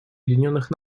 объединенных